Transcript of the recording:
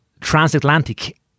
transatlantic